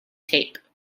tape